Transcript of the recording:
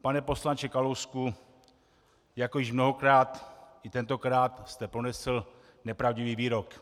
Pane poslanče Kalousku, jako již mnohokrát, i tentokrát jste pronesl nepravdivý výrok.